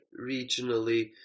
regionally